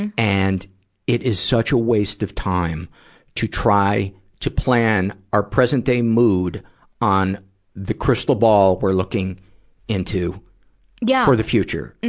and and it is such a waste of time to try to plan our present-day mood on the crystal ball we're looking into yeah for the future.